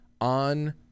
On